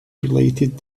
related